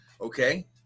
Okay